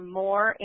more